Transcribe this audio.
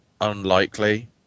unlikely